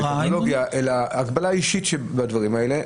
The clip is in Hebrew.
--- אלא הגבלה אישית של הדברים האלה.